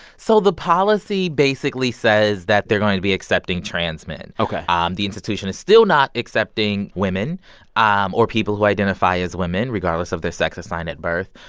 so the policy basically says that they're going to be accepting trans men ok um the institution is still not accepting women um or people who identify as women, regardless of their sex assigned at birth.